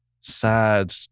sad